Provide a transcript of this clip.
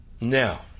Now